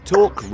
Talk